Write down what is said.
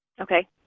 Okay